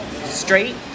straight